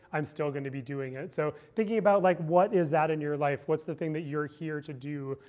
i'm still going to be doing it. so thinking about, like what is that in your life? what's the thing that you're here to do?